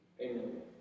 amen